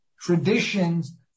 traditions